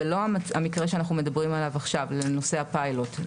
זה לא המקרה שאנחנו מדברים עליו עכשיו לנושא הפיילוט.